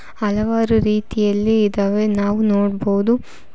ಹಲವಾರು ರೀತಿಯಲ್ಲಿ ಇದ್ದಾವೆ ನಾವು ನೋಡ್ಬೋದು